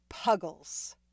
puggles